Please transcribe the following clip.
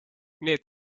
need